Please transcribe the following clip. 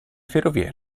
ferrovie